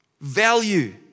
Value